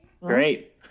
great